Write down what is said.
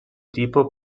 tipo